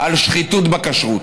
על שחיתות בכשרות: